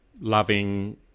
loving